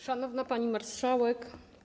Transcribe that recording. Szanowna Pani Marszałek!